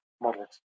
model